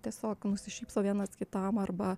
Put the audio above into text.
tiesiog nusišypso vienas kitam arba